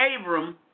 Abram